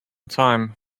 time